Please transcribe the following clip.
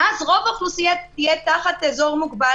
ואז רוב האוכלוסייה תהיה תחת אזור מוגבל